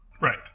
Right